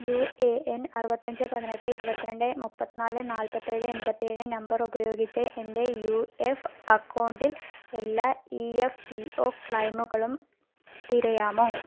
U A N അറുപത്തഞ്ച് പതിനെട്ട് ഇരുപത്തിയെട്ട് മുപ്പത്തിന്നാലെ നാൽപത്തേഴ് എൺപത്തേഴ് നമ്പർ ഉപയോഗിച്ച് എന്റെ യു എഫ് അക്കൗണ്ടിൽ എല്ലാ ഇ എഫ് പി ഒ ക്ളൈമുകളും തിരയാമോ